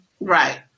Right